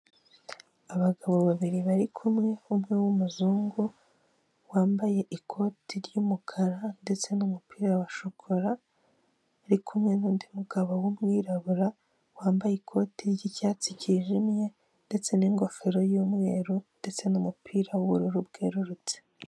Abagabo babiri bari kumwe. Umwe w'umuzungu wambaye ikoti ry'umukara ndetse n'umupira wa shokora ari kumwe nundi mugabo w'umwirabura wambaye ikoti ry'icyatsi cyijimye ndetse n'ingofero y'umweru ndetse n'umupira w'ubururu bwerurutse.